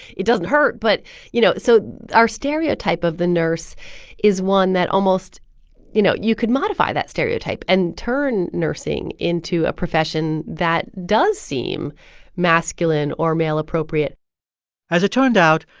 it doesn't hurt. but you know so our stereotype of the nurse is one that almost you know, you could modify that stereotype and turn nursing into a profession that does seem masculine or male appropriate as it turned out,